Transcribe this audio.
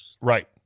Right